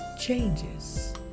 changes